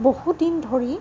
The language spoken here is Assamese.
বহুদিন ধৰি